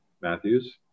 Matthews